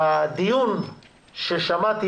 בדיון ששמעתי